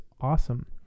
awesome